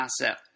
asset